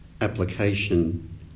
application